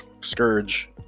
scourge